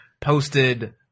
posted